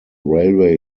railway